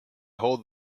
hold